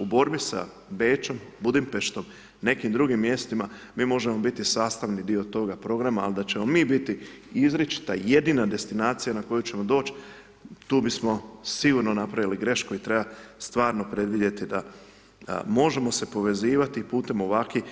U borbi sa Bečom, Budimpeštom, nekim drugim mjestima, mi možemo biti sastavni dio toga programa, al da ćemo mi biti izričita jedina destinacija na koju ćemo doći, tu bismo sigurno napravili grešku i treba stvarno predvidjeti da možemo se povezivati putem ovakvih,